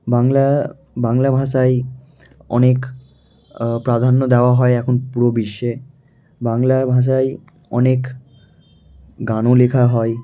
বাংলা বাংলা ভাষায় অনেক প্রাধান্য দেওয়া হয় এখন পুরো বিশ্বে বাংলা ভাষায় অনেক গানও লেখা হয়